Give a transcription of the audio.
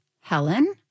helen